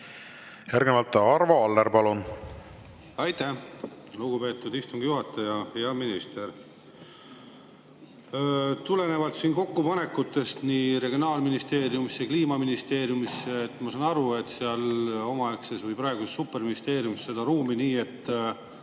Järgnevalt Arvo Aller, palun! Aitäh, lugupeetud istungi juhataja! Hea minister! Tulenevalt kokkupanekutest Regionaalministeeriumisse ja Kliimaministeeriumisse ma saan aru, et seal omaaegses või praeguses superministeeriumis on seda ruumi nii, et